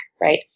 right